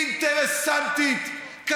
אינטרסנטית,